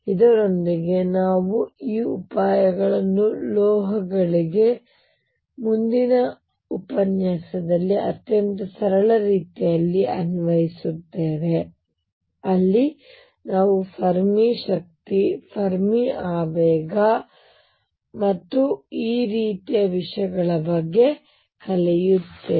ಇದರೊಂದಿಗೆ ನಾವು ಈ ಉಪಾಯಗಳನ್ನು ಲೋಹಗಳಿಗೆ ಮುಂದಿನ ಉಪನ್ಯಾಸದಲ್ಲಿ ಅತ್ಯಂತ ಸರಳ ರೀತಿಯಲ್ಲಿ ಅನ್ವಯಿಸುತ್ತೇವೆ ಅಲ್ಲಿ ನಾವು ಫೆರ್ಮಿ ಶಕ್ತಿ ಫೆರ್ಮಿ ಆವೇಗ ಮತ್ತು ಈ ರೀತಿಯ ವಿಷಯಗಳ ಬಗ್ಗೆ ಕಲಿಯುತ್ತೇವೆ